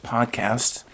Podcast